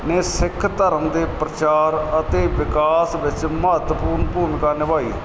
ਨੇ ਸਿੱਖ ਧਰਮ ਦੇ ਪ੍ਰਚਾਰ ਅਤੇ ਵਿਕਾਸ ਵਿੱਚ ਮਹੱਤਵਪੂਰਨ ਭੂਮਿਕਾ ਨਿਭਾਈ